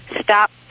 stop